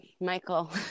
Michael